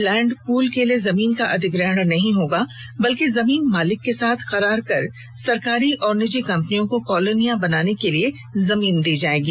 land pool के लिए जमीन का अधिग्रहण नहीं होगा बल्कि जमीन मालिक के साथ करार कर सरकारी और निजी कंपनियों को कॉलोनियां बनाने के लिए जमीन दी जाएगी